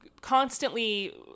constantly